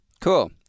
Cool